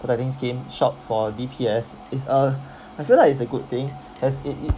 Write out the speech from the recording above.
protecting scheme short for D_P_S is a I feel like it's a good thing as it it